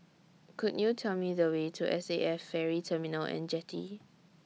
Could YOU Tell Me The Way to S A F Ferry Terminal and Jetty